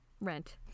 Rent